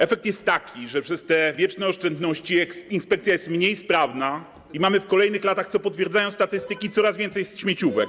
Efekt jest taki, że przez te wieczne oszczędności inspekcja jest mniej sprawna i w kolejnych latach, co potwierdzają statystyki, mamy coraz więcej śmieciówek.